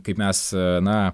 kaip mes na